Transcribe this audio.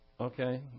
Okay